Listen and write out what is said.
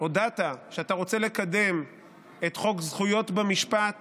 שהודעת שאתה רוצה לקדם את חוק זכויות במשפט